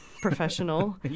professional